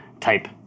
type